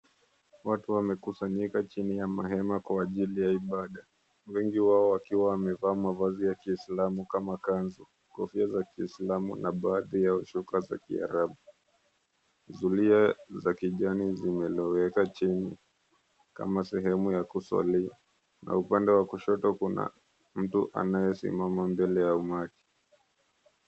Watu wamekusanyika chini ya mahema kwa ajili ya ibada, wengi wao wakiwa wamevaa mavazi ya Kiislamu kama kanzu, kofia za Kiislamu na baadhi yao shuka za Kiarabu. Zulia za kijani zimeloweka chini kama sehemu ya kuswalia na upande wa kushoto kuna mtu anayesimama mbele ya umati.